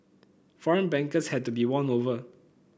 foreign bankers had to be won over